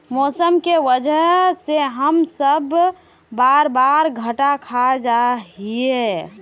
मौसम के वजह से हम सब बार बार घटा खा जाए हीये?